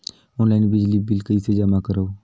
Online बिजली bill कइसे जमा करव?